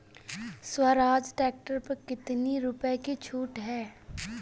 Swaraj tractor पर कितनी रुपये की छूट है?